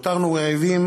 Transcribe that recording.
שהותרנו רעבים,